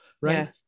Right